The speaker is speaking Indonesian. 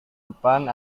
depan